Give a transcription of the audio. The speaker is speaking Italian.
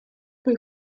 poi